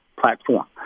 Platform